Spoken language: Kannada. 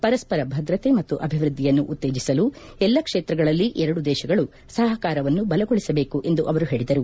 ಪರಸ್ಪರ ಭದ್ರತೆ ಮತ್ತು ಅಭಿವೃದ್ಧಿಯನ್ನು ಉತ್ತೇಜಿಸಲು ಎಲ್ಲ ಕ್ಷೇತ್ರಗಳಲ್ಲಿ ಎರಡೂ ದೇಶಗಳು ಸಹಕಾರವನ್ನು ಬಲಗೊಳಿಸಬೇಕು ಎಂದು ಅವರು ಹೇಳಿದರು